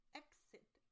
exit